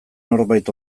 norbait